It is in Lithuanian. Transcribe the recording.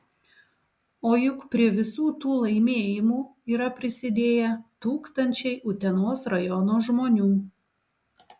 o juk prie visų tų laimėjimų yra prisidėję tūkstančiai utenos rajono žmonių